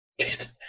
Jason